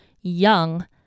young